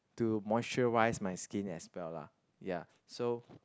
to moisturize my skin as well lah ya so